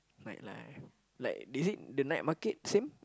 like like like is it the night market same